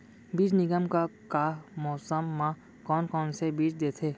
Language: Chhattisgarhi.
बीज निगम का का मौसम मा, कौन कौन से बीज देथे?